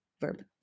verb